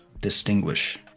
Distinguish